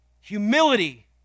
humility